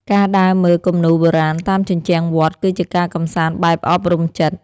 ការដើរមើលគំនូរបុរាណតាមជញ្ជាំងវត្ត គឺជាការកម្សាន្តបែបអប់រំចិត្ត។